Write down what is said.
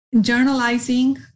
journalizing